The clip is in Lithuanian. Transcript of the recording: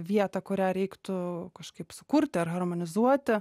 vietą kurią reiktų kažkaip sukurti ar harmonizuoti